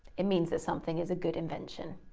it means that something is a good invention.